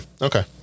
okay